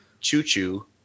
choo-choo